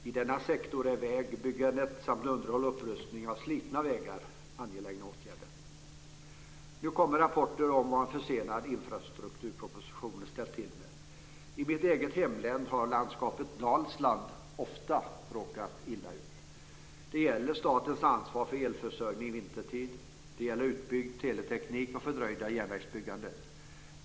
I denna sektor är vägbyggande samt underhåll och upprustning av slitna vägar angelägna åtgärder. Nu kommer rapporter om vad en försenad infrastrukturproposition ställt till med. I mitt eget hemlän har landskapet Dalsland ofta råkat illa ut. Det gäller statens ansvar för elförsörjning vintertid, utbyggd teleteknik och fördröjt järnvägsbyggande.